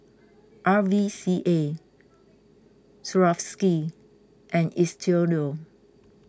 R V C A Swarovski and Istudio